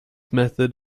method